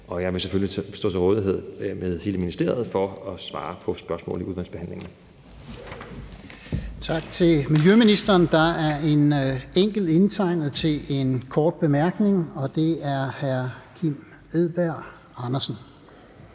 Jeg vil selvfølgelig stå til rådighed med hele ministeriet for at svare på spørgsmål i udvalgsbehandlingen. Kl. 13:05 Fjerde næstformand (Lars-Christian Brask): Tak til miljøministeren. Der er en enkelt indtegnet til en kort bemærkning, og det er hr. Kim Edberg Andersen.